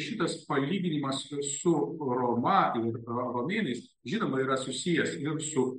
šitas palyginimas su roma ir romėnais žinoma yra susijęs ir su